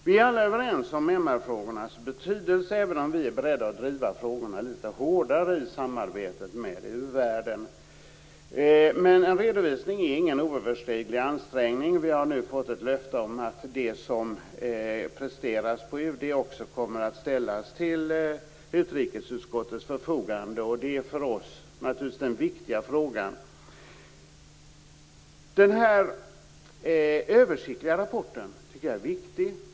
Vi är alla överens om MR-frågornas betydelse, även om vi är beredda att driva frågorna litet hårdare i samarbetet med u-världen. En redovisning är ingen oöverstiglig ansträngning. Vi har nu fått ett löfte om att det som presteras på UD också kommer att ställas till utrikesutskottets förfogande. Det är för oss naturligtvis den viktiga frågan. Den här översiktliga rapporten tycker jag är viktig.